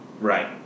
Right